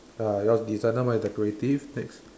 ya yours is different ah mine is decorative next